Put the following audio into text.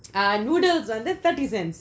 ah noodles வந்து:vanthu thirty cents